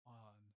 on